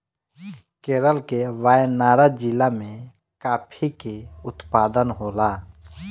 केरल के वायनाड जिला में काफी के उत्पादन होला